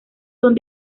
son